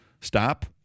Stop